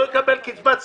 אני לא אקבל קצבת סיעוד,